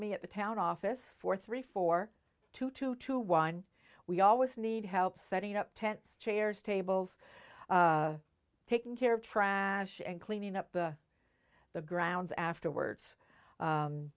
me at the town office for three four two two two one we always need help setting up tents chairs tables taking care of trance and cleaning up the the grounds afterwards